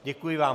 Děkuji vám.